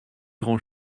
grand